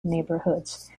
neighborhoods